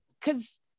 cause